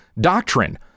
doctrine